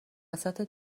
حرف